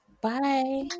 Bye